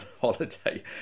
holiday